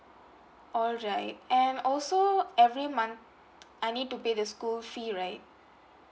alright and also every month I need to pay the school fee right